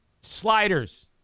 sliders